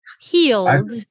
healed